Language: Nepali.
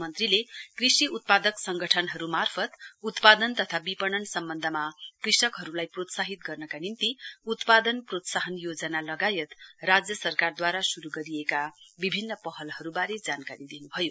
मन्त्रीले कृषि उत्पादक सङ्गठनहरू मार्फत उत्पादन तथा विपणन सम्बन्धमा कृषकहरूलाई प्रोत्साहित गर्नका निम्ति उत्पादन प्रोत्साहन योजना लगायत राज्य सरकारहद्वारा श्रू गरिएका विभिन्न पहलहरूबारे जानकारी दिन् भयो